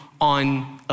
on